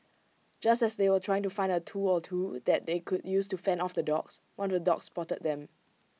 just as they were trying to find A tool or two that they could use to fend off the dogs one of the dogs spotted them